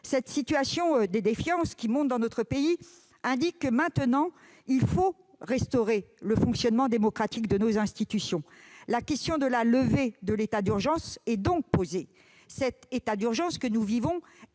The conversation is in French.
La situation de défiance qui monte dans notre pays indique qu'il faut maintenant restaurer le fonctionnement démocratique de nos institutions. La question de la levée de l'état d'urgence est donc posée. Cet état d'urgence est